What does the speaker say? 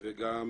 וגם